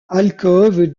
alcôve